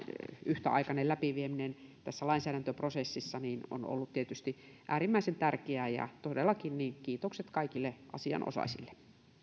yhtäaikainen läpivieminen tässä lainsäädäntöprosessissa on ollut tietysti äärimmäisen tärkeää todellakin kiitokset kaikille asianosaisille